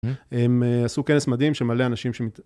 הם עשו כנס מדהים שמלא אנשים...